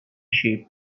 sheep